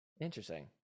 Interesting